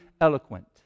eloquent